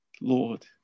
Lord